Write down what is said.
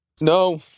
No